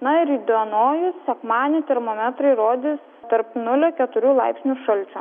na ir įdionojus sekmadienį termometrai rodys tarp nulio keturių laipsnių šalčio